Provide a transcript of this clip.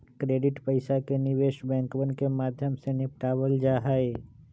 credit पैसा के निवेश बैंकवन के माध्यम से निपटावल जाहई